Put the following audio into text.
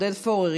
עודד פורר,